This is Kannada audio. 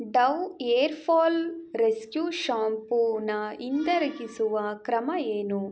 ಡವ್ ಏರ್ಫಾಲ್ ರೆಸ್ಕ್ಯೂ ಶ್ಯಾಂಪೂವನ್ನ ಹಿಂದಿರುಗಿಸುವ ಕ್ರಮ ಏನು